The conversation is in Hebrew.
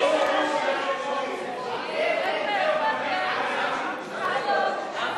את הצעת חוק